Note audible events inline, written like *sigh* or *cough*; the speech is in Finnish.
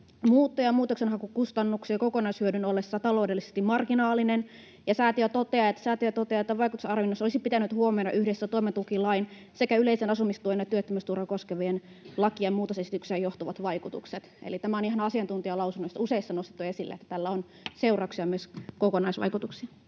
muuttoja ja muuttokustannuksia kokonaishyödyn ollessa taloudellisesti marginaalinen. Ja säätiö toteaa, että vaikutusarvionnissa olisi pitänyt huomioida yhdessä toimeentulotukilakia sekä yleistä asumistukea ja työttömyysturvaa koskevien lakien muutosesityksistä johtuvat vaikutukset. Eli tämä on ihan asiantuntijalausunnoissa, useissa, nostettu esille, *noise* että tällä on seurauksia myös kokonaisvaikutuksiin.